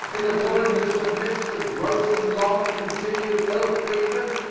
in the woman who submits to gross and long continued ill treatment,